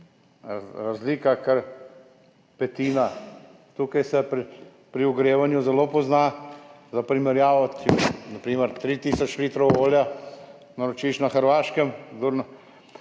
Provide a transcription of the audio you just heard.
razlika, kar petina. Tukaj se pri ogrevanju zelo pozna. Za primerjavo, na primer tri tisoč litrov olja naročiš na Hrvaškem